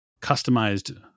customized